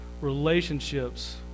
relationships